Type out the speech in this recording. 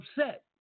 upset